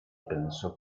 pensó